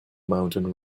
mountain